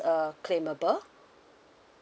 uh claimable